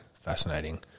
fascinating